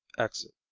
exit.